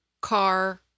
car